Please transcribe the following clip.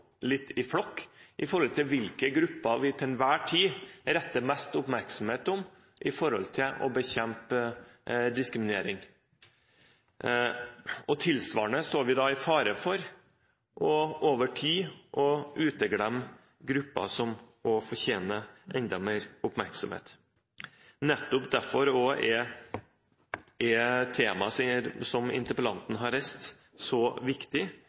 litt i flokk når det gjelder hvilke grupper vi til enhver tid retter mest oppmerksomhet mot for å bekjempe diskriminering. Tilsvarende står vi i fare for over tid å uteglemme grupper som fortjener enda mer oppmerksomhet. Nettopp derfor er temaet som interpellanten har reist, så viktig.